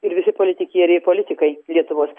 ir visi politikieriai politikai lietuvos